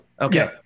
okay